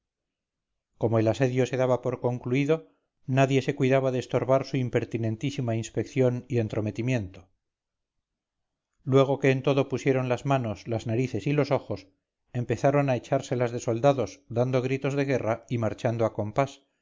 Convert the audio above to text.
como el asedio se daba por concluido nadie se cuidaba de estorbar su impertinentísima inspección y entrometimiento luego que en todo pusieron las manos las narices y los ojos empezaron a echárselas de soldados dando gritos de guerra y marchando a compás